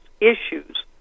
issues